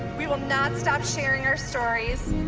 we will not stop sharing our stories.